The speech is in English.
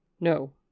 No